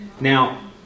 Now